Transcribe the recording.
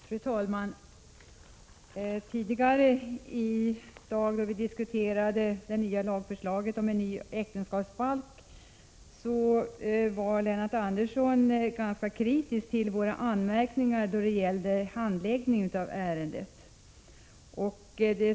Fru talman! När vi tidigare i dag diskuterade förslaget till ny äktenskapsbalk var Lennart Andersson ganska kritisk mot anmärkningarna beträffande handläggningen av ärendet.